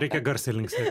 reikia garsiai linksė